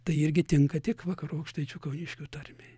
tai irgi tinka tik vakarų aukštaičių kauniškių tarmei